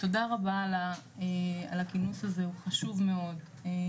תודה רבה על הכינוס הזה, הוא חשוב מאוד.